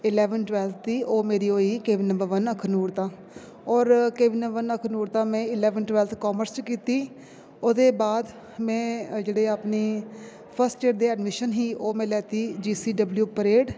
eleventh twelfth दी ओह् मेरी होई K V number one Akhnoor दा होर Akhnoor K V number one दा में इलेवंथ टवेल्थ कॉमर्स च कीती ओह्दे बाद में जेह्ड़े अपनी फर्स्ट ईयर दी एडमिशन ही ओह् में लैती जी सी डब्लयू परेड